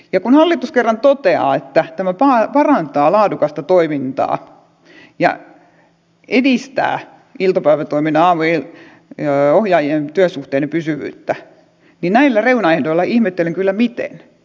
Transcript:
ja kun hallitus kerran toteaa että tämä parantaa laadukasta toimintaa ja edistää aamu ja iltapäivätoiminnan ohjaajien työsuhteiden pysyvyyttä niin näillä reunaehdoilla ihmettelen kyllä miten